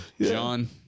John